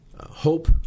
hope